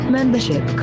Membership